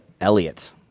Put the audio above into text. Elliot